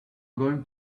going